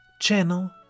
channel